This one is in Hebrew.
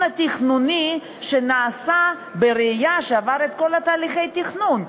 התכנוני שנעשה בראייה שעברה את כל תהליכי התכנון.